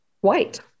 white